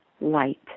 light